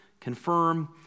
confirm